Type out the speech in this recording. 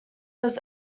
was